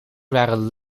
waren